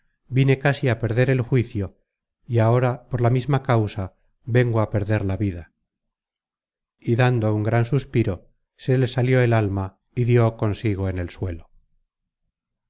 vine casi á perder el juicio y ahora por la misma causa vengo á perder la vida y dando un gran suspiro se le salió el alma y dió consigo en el suelo